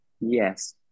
Yes